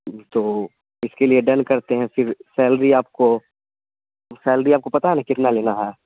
تو اس کے لیے ڈن کرتے ہیں پھر سیلری آپ کو سیلری آپ کو پتہ ہے نا کتنا لینا ہے